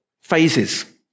phases